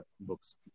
books